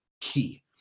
key